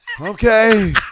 okay